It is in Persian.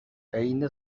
عین